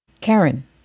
Karen